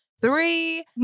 Three